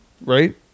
right